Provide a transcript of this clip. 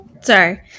Sorry